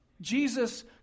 Jesus